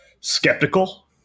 skeptical